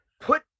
put